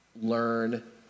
learn